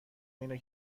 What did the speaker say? اینه